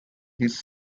his